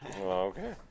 Okay